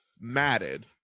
matted